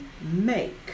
make